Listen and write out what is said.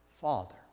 Father